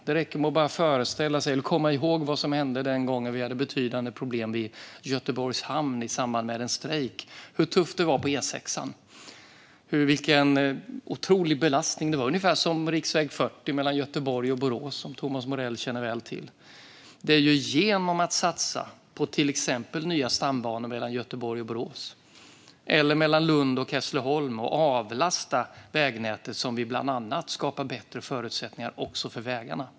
Det räcker med att dra sig till minnes vad som hände den gång vi hade betydande problem vid Göteborgs hamn i samband med en strejk - hur tufft det var på E6:an och vilken otrolig belastning det var. Jag kan också nämna riksväg 40 mellan Göteborg och Borås, som Thomas Morell känner till väl. Det är genom att satsa på till exempel nya stambanor mellan Göteborg och Borås eller mellan Lund och Hässleholm och avlasta vägnätet som vi bland annat skapar bättre förutsättningar också för vägarna.